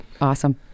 Awesome